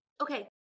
Okay